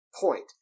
point